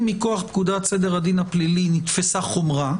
אם מכוח פקודת סדר הדין הפלילי נתפסה חומרה